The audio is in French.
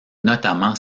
notamment